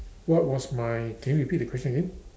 what was my can you repeat the question again